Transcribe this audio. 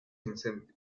incendios